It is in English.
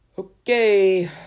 Okay